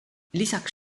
lisaks